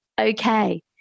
okay